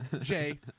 Jay